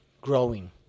growing